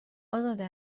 ازاده